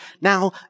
Now